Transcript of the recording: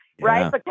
right